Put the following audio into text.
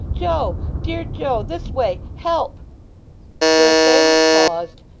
joe, dear joe, this way. help her assailant paused,